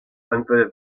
antes